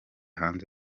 hanze